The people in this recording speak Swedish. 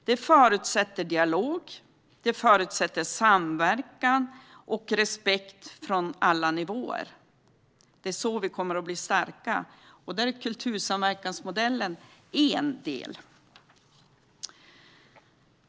Detta förutsätter dialog, samverkan och respekt från alla nivåer. Det är så vi kommer att bli starka. Där är kultursamverkansmodellen en del.